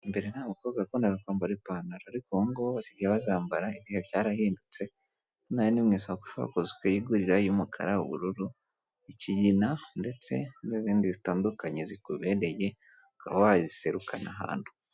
Mbere nta mukobwa wakundaga kwambara ipantaro, ariko ubungubu basigaye bazambara, ibihe byarahindutse, hano rero ni mwisoko ushobora kuza ukayigurira y'umukara, ubururu, ikigina ndetse n'izindi zitandukanye zikubereye ukaba wiyiserukana ahantu.